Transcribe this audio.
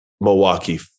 Milwaukee